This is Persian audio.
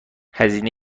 هزینه